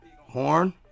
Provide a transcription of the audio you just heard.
Horn